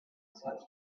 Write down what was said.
answered